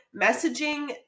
messaging